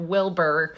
Wilbur